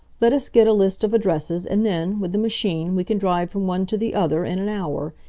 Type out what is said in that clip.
let us get a list of addresses, and then, with the machine, we can drive from one to the other in an hour.